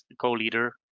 co-leader